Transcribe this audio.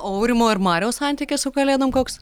o aurimo ir mariaus santykis su kalėdom koks